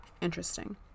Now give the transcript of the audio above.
interesting